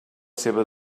seva